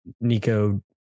Nico